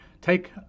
take